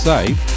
say